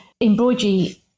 embroidery